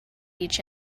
each